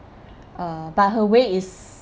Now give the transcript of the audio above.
uh but her way is